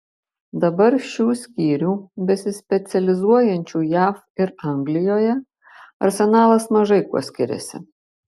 dabar šių skyrių besispecializuojančių jav ir anglijoje arsenalas mažai kuo skiriasi